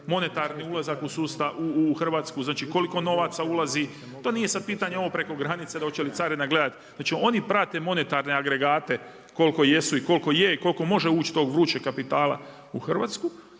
monetarni ulazak u Hrvatsku, znači koliko novaca ulazi, to nije sad pitanje ovog preko granice, hoće li carina gledati, znači one prate monetarne agregate koliko jesu i koliko je i koliko može ući tog vrućeg kapitala i cijelo